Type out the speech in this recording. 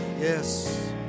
Yes